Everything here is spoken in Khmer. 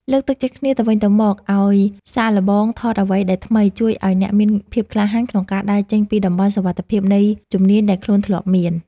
លើកទឹកចិត្តគ្នាទៅវិញទៅមកឱ្យសាកល្បងថតអ្វីដែលថ្មីជួយឱ្យអ្នកមានភាពក្លាហានក្នុងការដើរចេញពីតំបន់សុវត្ថិភាពនៃជំនាញដែលខ្លួនធ្លាប់មាន។